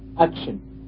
action